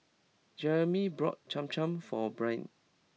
Jeremey brought Cham Cham for Brynn